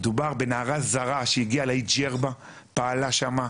מדובר בנערה זרה שהגיעה לאי ג'רבה, פעלה שמה,